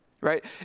right